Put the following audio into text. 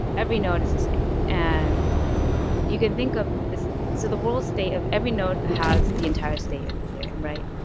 every node is the same, and you can think of the so the world state of every node has the entire state of ethereum, right?